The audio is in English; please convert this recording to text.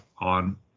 on